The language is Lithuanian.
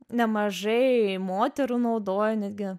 nemažai moterų naudoja netgi